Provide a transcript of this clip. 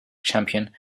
champion